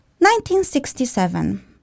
1967